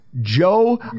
Joe